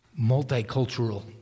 multicultural